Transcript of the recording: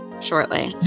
shortly